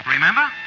Remember